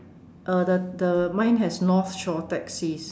uh the the mine has North Shore taxis